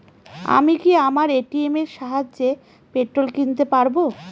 আমি কি আমার এ.টি.এম এর সাহায্যে পেট্রোল কিনতে পারব?